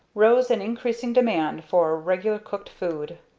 rose an increasing demand for regular cooked food.